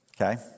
Okay